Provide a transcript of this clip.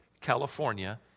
California